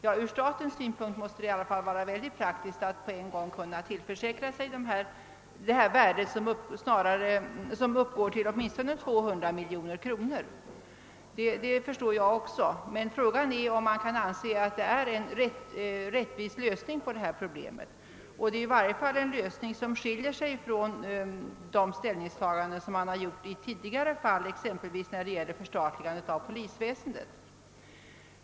Ja, ur statens synpunkt måste det i alla fall vara mycket praktiskt att på en gång kunna tillförsäkra sig dessa värden, som uppgår till åtminstone 200 miljoner kronor — det förstår jag. Men frågan är om man kan anse att det är en rättvis lösning på detta problem. Det är i varje fall en lösning som skiljer sig från de ställningstaganden som man har gjort i tidigare fall, exempelvis när det gällde förstatligandet av polisväsendet.